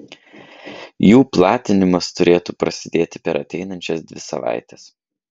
jų platinimas turėtų prasidėti per ateinančias dvi savaites